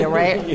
right